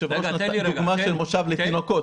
היושב-ראש הציג דוגמה של מושב לתינוקות.